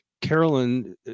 carolyn